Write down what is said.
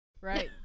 Right